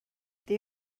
they